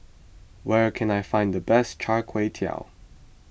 where can I find the best Char Kway Teow